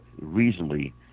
reasonably